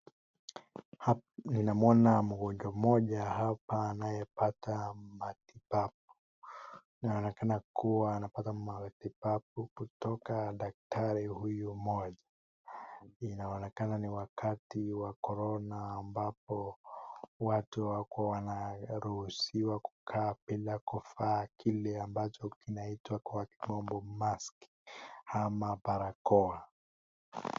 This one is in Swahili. Ninamwona mgongwa mmoja hapa anayepata matibabu. Inaonekana kuwa anapata matibabu kutoka kwa daktari huyu mmoja. Inaonekana ni wakati wa korona ambapo watu hawakuwa wanaruhusiwa bila kuvaa kile kinachoitwa kwa lugha ya kimombo mask au barakoa.